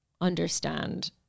understand